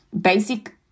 basic